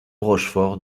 rochefort